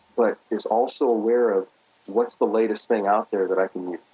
but is also aware of what's the latest thing out there that i can use?